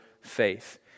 faith